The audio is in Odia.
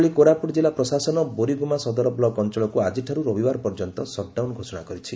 ସେହିଭଳି କୋରାପୁଟ ଜିଲ୍ଲା ପ୍ରଶାସନ ବୋରିଗୁଞ୍ନା ସଦର ବ୍ଲକ ଅଅଳକୁ ଆଜିଠାରୁ ରବିବାର ପର୍ଯ୍ୟନ୍ତ ସଟ୍ଡାଉନ ଘୋଷଣା କରିଛି